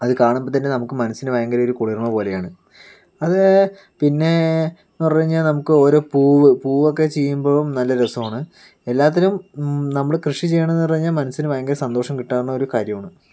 അത് കാണുമ്പം തന്നെ നമുക്ക് മനസ്സിന് ഭയങ്കര ഒരു കുളിർമ്മ പോലെയാണ് അത് പിന്നെയെന്ന് പറഞ്ഞ് കഴിഞ്ഞാൽ നമുക്ക് ഒരു പൂ പൂവൊക്കെ ചീയുമ്പോഴും നല്ല രസമാണ് എല്ലാറ്റിനും നമ്മൾ കൃഷി ചെയ്യണമെന്ന് പറഞ്ഞാൽ മനസ്സിന് ഭയങ്കര സന്തോഷം കിട്ടാവുന്ന ഒരു കാര്യമാണ്